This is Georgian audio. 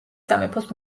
სამეფოს